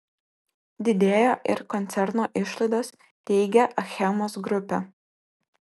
didėjo ir koncerno išlaidos teigia achemos grupė